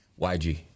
YG